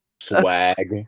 Swag